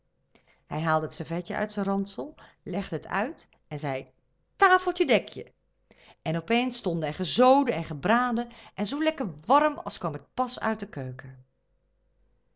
hij haalde het servetje uit zijn ransel legde het uit en zei tafeltje dek je en op eens stond er gezoden en gebraden en zoo lekker warm als kwam het pas uit de keuken